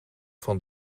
van